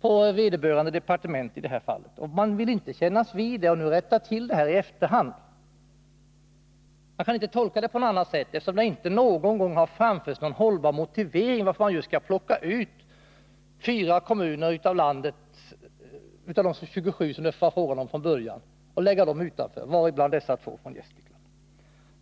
på departementet som man i efterhand inte vill kännas vid eller rätta till. Man kan inte göra någon annan tolkning, eftersom det inte någon gång har framförts en hållbar motivering till att plocka ut fyra kommuner av de ifrågavarande 27 och lägga dem utanför transportstödsområdet.